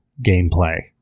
gameplay